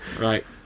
Right